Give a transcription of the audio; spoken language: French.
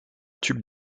tubes